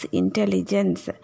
intelligence